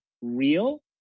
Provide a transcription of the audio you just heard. real